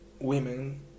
women